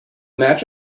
match